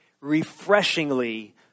Refreshingly